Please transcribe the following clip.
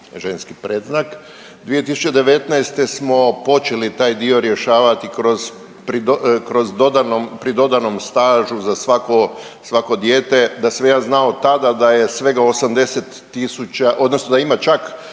ženski predznak. 2019. smo počeli taj dio rješavati kroz pri dodanom stažu za svako dijete. Da sam ja znao tada da je svega 80.000 odnosno da ima čak